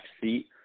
seat